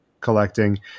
collecting